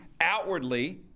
outwardly